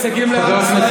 אתה מבין משהו בכלכלה?